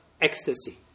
ecstasy